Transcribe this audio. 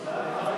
נתקבל.